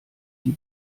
die